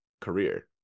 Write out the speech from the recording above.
career